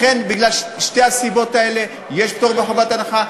לכן, בגלל שתי הסיבות האלה, יש פטור מחובת הנחה.